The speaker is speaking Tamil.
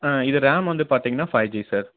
ஆ இது ரேம் வந்து பார்த்தீங்கன்னா ஃபைவ் ஜி சார்